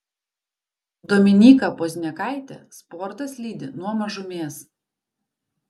dominyką pozniakaitę sportas lydi nuo mažumės